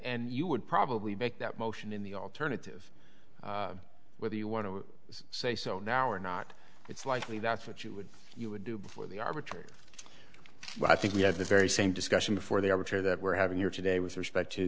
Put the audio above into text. and you would probably make that motion in the alternative whether you want to say so now or not it's likely that's what you would you would do before the arbitrator well i think we have the very same discussion before there which are that we're having here today with respect to